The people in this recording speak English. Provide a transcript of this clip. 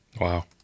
Wow